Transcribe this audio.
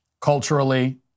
culturally